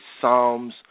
Psalms